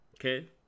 Okay